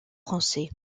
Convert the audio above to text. français